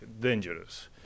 dangerous